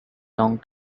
long